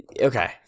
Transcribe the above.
Okay